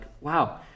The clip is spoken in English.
Wow